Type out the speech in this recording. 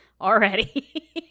already